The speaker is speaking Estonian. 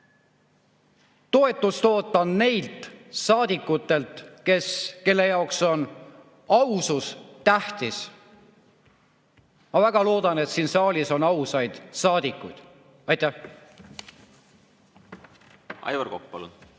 Toetust ootan nendelt saadikutelt, kelle jaoks on ausus tähtis. Ma väga loodan, et siin saalis on ausaid saadikuid. Aitäh! Aivar Kokk,